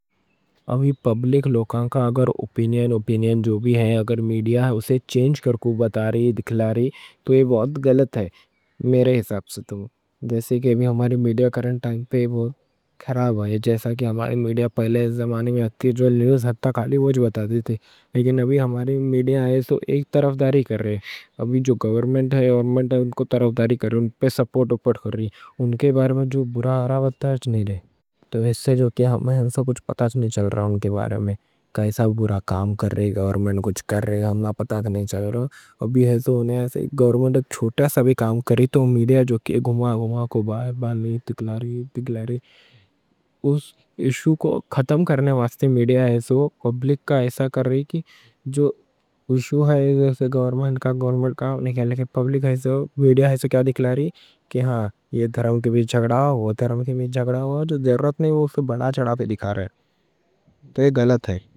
ابھی پبلک لوگاں کا اگر اوپینین، اوپینین جو بھی ہے، اگر میڈیا اسے چینج کرکو بتا رہی، دکھلا رہی تو یہ بہت غلط ہے، میرے حساب سے تو۔ جیسے کہ ہماری میڈیا کرنٹ ٹائم پہ خراب ہے۔ جیسا کہ ہماری میڈیا پہلے زمانے میں ہتی، جو نیوز ہتی خالی وہی بتا دیتے۔ لیکن ابھی ہماری میڈیا آئے تو ایک طرفداری کر رہے۔ ابھی جو گورنمنٹ ہے اور منسٹر، ان کو طرفداری کر رہے، ان پہ سپورٹ کر رہی۔ ان کے بارے میں جو بُرا آ رہا، باتاں نہیں دے رہی، تو اس سے ہمنا سب کچھ پتا چل نہیں رہتا۔ ان کے بارے میں کائیں کوں بُرا کام کر رہے، گورنمنٹ کیا کر رہی، ہمنا پتا نہیں چل رہا۔ ابھی ایسا ہے، گورنمنٹ کا تو میڈیا جو گھوما گھوما کے دکھلا رہی، دکھلا رہی۔ اس ایشو کو ختم کرنے واسطے میڈیا ایسا پبلک کا ایسا کر رہی کہ جو ایشو ہے، جیسے گورنمنٹ کا، گورنمنٹ کا، میڈیا ایسا دکھلا رہی کہ ہاں یہ دھرم کے بھی جھگڑا ہو، دھرم کے بھی جھگڑا ہو۔ جو ضرورت نہیں، وہ اسے بڑا چڑھا کے دکھا رہے، تو یہ غلط ہے۔